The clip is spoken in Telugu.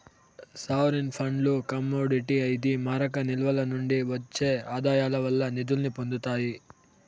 సావరీన్ ఫండ్లు కమోడిటీ ఇది మారక నిల్వల నుండి ఒచ్చే ఆదాయాల వల్లే నిదుల్ని పొందతాయి